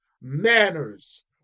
manners